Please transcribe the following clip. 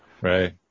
Right